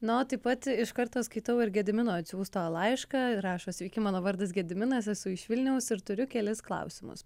na o taip pat iš karto skaitau ir gedimino atsiųstą laišką rašo sveiki mano vardas gediminas esu iš vilniaus ir turiu kelis klausimus